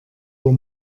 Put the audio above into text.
uhr